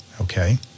okay